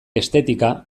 estetika